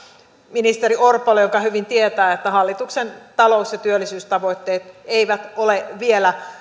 ministeri orpolle joka sen hyvin tietää että hallituksen talous ja työllisyystavoitteita ei ole vielä